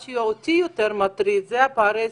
מה שאותי יותר מטריד זה פערי השכר.